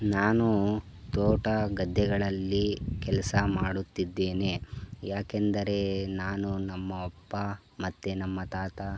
ನಾನು ತೋಟ ಗದ್ದೆಗಳಲ್ಲಿ ಕೆಲಸ ಮಾಡುತ್ತಿದ್ದೇನೆ ಯಾಕೆಂದರೆ ನಾನು ನಮ್ಮ ಅಪ್ಪ ಮತ್ತು ನಮ್ಮ ತಾತ